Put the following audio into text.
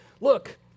Look